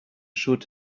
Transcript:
should